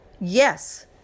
Yes